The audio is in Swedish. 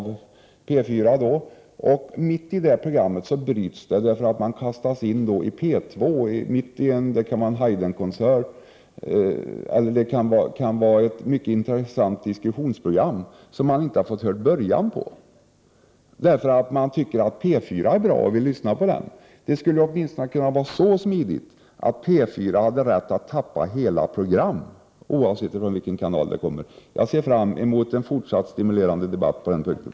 Denna utsändning avbryts av en sändning av t.ex. en Haydnkonsert i P 2 eller ett mycket intressant diskussionsprogram som man inte fått höra början på, därför att man lyssnat på P 4. Systemet skulle åtminstone kunna vara så smidigt att P 4 kan tappa hela program, oavsett från vilken kanal programmen kommer. Jag ser fram emot en även fortsättningsvis stimulerande debatt på den punkten.